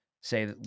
say